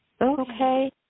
Okay